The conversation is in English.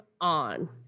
on